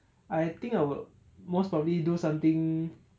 I think I will most probably do something